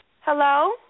Hello